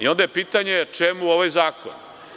Onda je pitanje, čemu ovaj zakon?